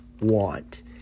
want